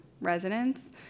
residents